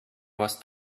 was